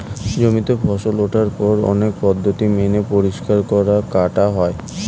জমিতে ফসল ওঠার পর অনেক পদ্ধতি মেনে পরিষ্কার করা, কাটা হয়